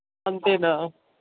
అంతేనా